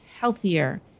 healthier